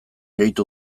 gehitu